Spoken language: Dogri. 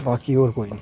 बाकी होर कोई निं